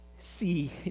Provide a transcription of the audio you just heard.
see